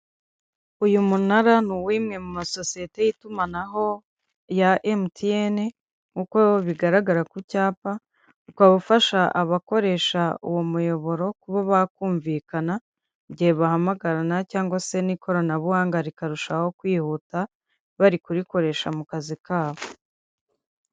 Uyu munara ni uw'imwe mu masosiyete y'itumanaho ya MTN nkuko bigaragara ku cyapa, ukaba ufasha abakoresha uwo muyoboro kuba bakumvikana igihe bahamagarana cyangwa se n'ikoranabuhanga rikarushaho kwihuta bari kurikoresha mu kazi kabo.